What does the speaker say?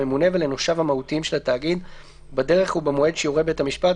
לממונה ולנושיו המהותיים של התאגיד בדרך ובמועד שיורה בית המשפט,